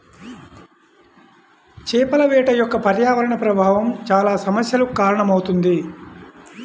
చేపల వేట యొక్క పర్యావరణ ప్రభావం చాలా సమస్యలకు కారణమవుతుంది